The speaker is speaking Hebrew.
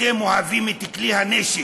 אתם אוהבים את כלי הנשק.